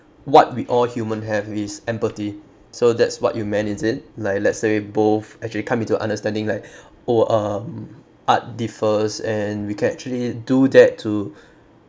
what we all human have is empathy so that's what you meant is it like let's say both actually come into understanding like oh um art differs and we can actually do that to